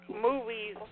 movies